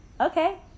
Okay